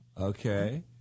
Okay